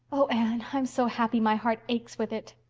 oh, anne, i'm so happy my heart aches with it.